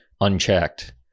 unchecked